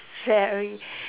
sharing